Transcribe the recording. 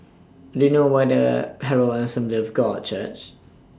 Do YOU know What The Herald Assembly of God Church